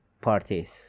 parties